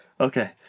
Okay